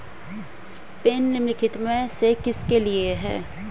Pin निम्नलिखित में से किसके लिए है?